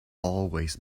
always